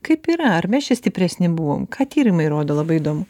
kaip yra ar mes čia stipresni buvom ką tyrimai rodo labai įdomu